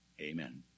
Amen